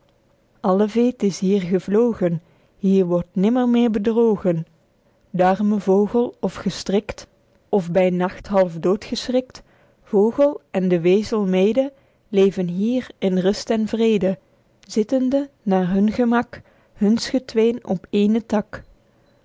alle veedte is hier vervlogen hier wordt nimmer meer bedrogen de arme vogel of gestrikt of by nacht half dood geschrikt vogel ende wezel mede leven hier in rust en vrede zittende naer hun gemak huns getween op éénen tak